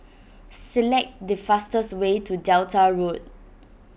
select the fastest way to Delta Road